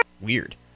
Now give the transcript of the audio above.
weird